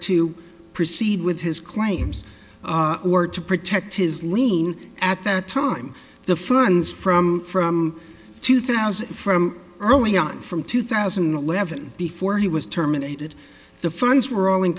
to proceed with his claims or to protect his lien at that time the ferns from from two thousand from early on from two thousand and eleven before he was terminated the funds were all in